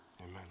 Amen